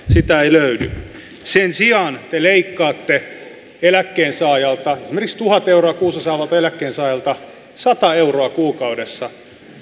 sitä ei löydy sen sijaan te leikkaatte eläkkeensaajalta esimerkiksi tuhat euroa kuussa saavalta eläkkeensaajalta sata euroa kuukaudessa